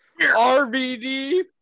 RVD